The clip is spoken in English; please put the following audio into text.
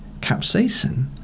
capsaicin